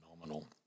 phenomenal